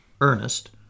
Ernest